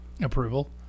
Approval